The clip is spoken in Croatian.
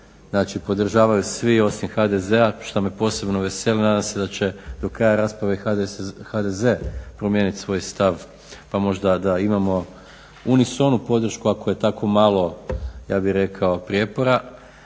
znači podržavaju svi osim HDZ-a što me posebno veseli. Nadam se da će do kraja rasprave i HDZ promijeniti svoj stav pa možda da imamo unisonu podršku ako je tako malo ja bih rekao prijepora